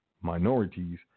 minorities